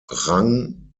rang